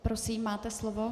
Prosím, máte slovo.